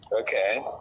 Okay